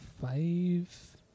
five